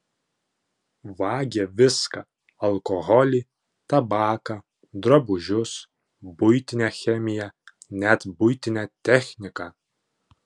vagia viską alkoholį tabaką drabužius buitinę chemiją net buitinę techniką